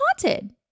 haunted